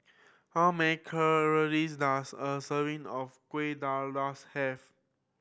how many calories does a serving of kuih dadars have